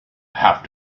have